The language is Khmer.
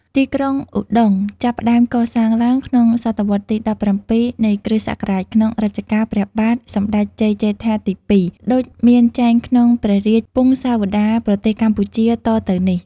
ទីក្រុងឧត្តុង្គចាប់ផ្ដើមកសាងឡើងក្នុងសតវត្សទី ១៧ នៃគ្រិស្តសករាជ ក្នុងរជ្ជកាលព្រះបាទសម្ដេចជ័យជេដ្ឋាទី២ ដូចមានចែងក្នុងព្រះរាជពង្សាវតារប្រទេសកម្ពុជាតទៅនេះ